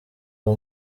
ndi